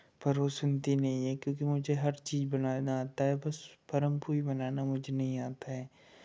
पर वो सुनती नहीं है क्योंकि मुझे हर चीज़ बनाना आता है बस परम पूड़ी बनाना मुझे नहीं आता है